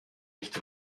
nicht